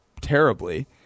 terribly